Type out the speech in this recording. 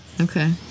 Okay